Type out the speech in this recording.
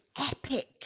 epic